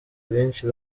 benshi